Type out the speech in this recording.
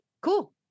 cool